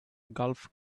golf